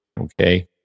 Okay